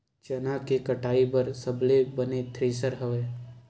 चना के कटाई बर सबले बने थ्रेसर हवय?